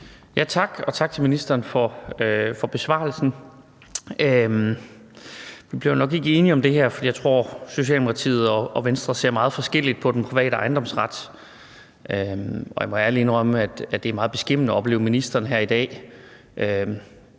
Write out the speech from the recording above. Tak, og tak til ministeren for besvarelsen. Vi bliver jo nok ikke enige om det her, for jeg tror, at Socialdemokratiet og Venstre ser meget forskelligt på den private ejendomsret, og jeg må ærligt indrømme, at det er meget beskæmmende at opleve ministeren her i dag.